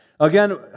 Again